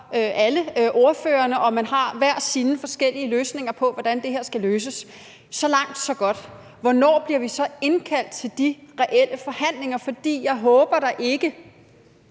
alle ordførerne, og man har hver sine forskellige bud på, hvordan det her skal løses – så langt, så godt. Hvornår bliver vi så indkaldt til de reelle forhandlinger? For jeg håber da ikke,